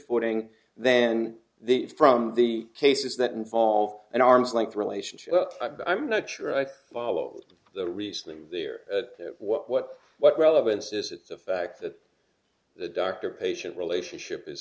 footing then these from the cases that involve an arm's length relationship i'm not sure i follow the reasoning there what what what relevance is it the fact that the doctor patient